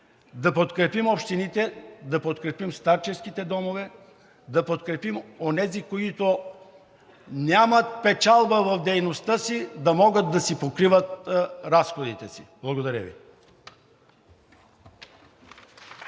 да подкрепим общините, да подкрепим старческите домове, да подкрепим онези, които нямат печалба в дейността си, да могат да покриват разходите си. Благодаря Ви.